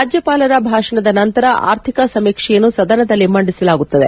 ರಾಜ್ವಪಾಲರ ಭಾಷಣದ ನಂತರ ಆರ್ಥಿಕಾ ಸಮೀಕ್ಷೆಯನ್ನು ಸದನದಲ್ಲಿ ಮಂಡಿಸಲಾಗುತ್ತದೆ